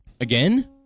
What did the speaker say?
Again